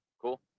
Cool